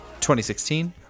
2016